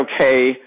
okay